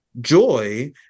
joy